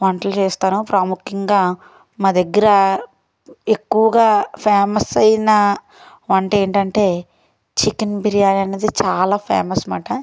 వంటలు చేస్తాను ప్రాముఖ్యంగా మా దగ్గర ఎక్కువగా ఫేమస్ అయినా వంట ఏంటంటే చికెన్ బిర్యాని అన్నది చాలా ఫేమస్ మాట